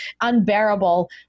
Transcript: unbearable